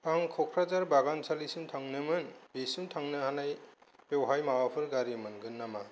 आं कक्राझार बागानसालिसिम थांनो मोन बेसिम थांनो हानाय बेवहाय माबाफोर गारि मोनगोन नामा